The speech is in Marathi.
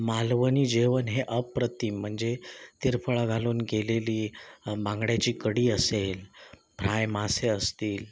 मालवणी जेवण हे अप्रतिम म्हणजे तिरफळा घालून केलेली बांगड्याची कढी असेल फ्राय मासे असतील